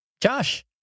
Josh